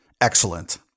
Excellent